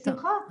בשמחה.